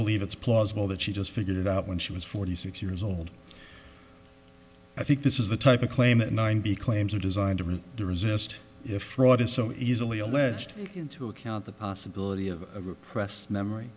believe it's plausible that she just figured it out when she was forty six years old i think this is the type of claim that ninety claims are designed to resist if fraud is so easily alleged into account the possibility of a press memory